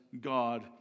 God